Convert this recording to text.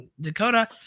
Dakota